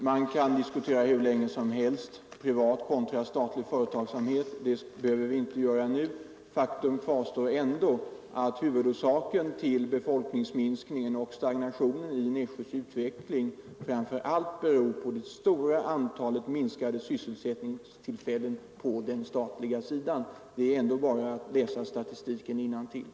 Herr talman! Man kan hur länge som helst diskutera privat företagsamhet kontra statlig företagsamhet — faktum kvarstår ändå att huvudorsaken till befolkningsminskningen och stagnationen i Nässjös utveckling framför allt är det stora antalet minskade sysselsättningstillfällen på den statliga sidan. Det är bara att läsa innantill ur statistiken.